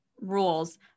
rules